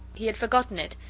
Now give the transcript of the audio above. he had forgotten it,